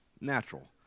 Natural